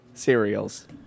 Cereals